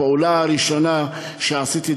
הפעולה הראשונה שעשיתי,